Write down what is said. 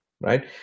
right